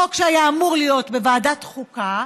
חוק שהיה אמור להיות בוועדת חוקה,